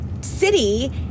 city